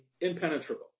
impenetrable